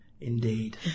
indeed